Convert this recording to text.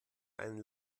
einen